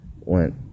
went